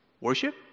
Worship